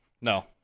No